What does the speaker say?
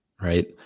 right